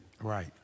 Right